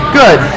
good